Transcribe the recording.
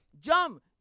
Jump